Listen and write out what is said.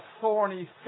thorny